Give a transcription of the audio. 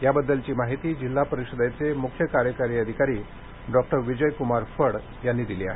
याबद्दलची माहिती जिल्हा परिषदेचे मुख्य कार्यकारी अधिकारी डॉक्टर विजयकुमार फड यांनी दिली आहे